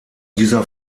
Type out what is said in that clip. dieser